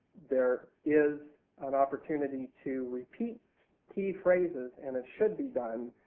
there is an opportunity to repeat key phrases, and it should be done,